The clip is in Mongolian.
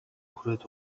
хүрээд